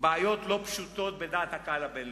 בעיות לא פשוטות בדעת הקהל הבין-לאומית.